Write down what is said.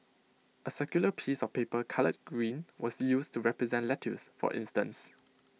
A circular piece of paper coloured green was used to represent lettuce for instance